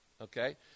okay